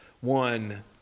one